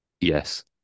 Yes